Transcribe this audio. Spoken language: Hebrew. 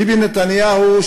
ביבי נתניהו,